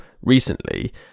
recently